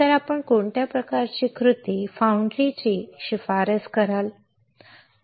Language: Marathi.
तर आपण कोणत्या प्रकारची कृती फाउंड्री ची शिफारस कराल